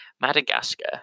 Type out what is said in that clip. Madagascar